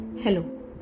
Hello